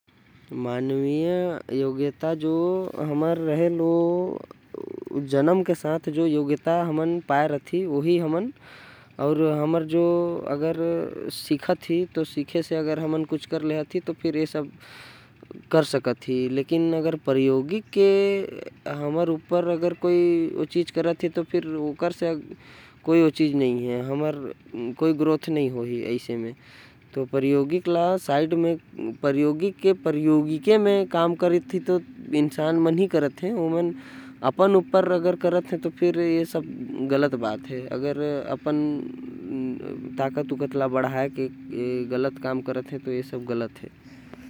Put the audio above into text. मानवीय योग्यताएँ बढ़ाये बर प्रौद्योगिकी के इस्तेमाल नैतिक नही हवे। काबर की मानव मन ल अपन काम खुदे करना चाही। अपन काम बर प्रौद्योगिकी के इस्तेमाल सही नही हवे। दूसर काम के लिए प्रौद्योगिकी के इस्तेमाल सही हवे।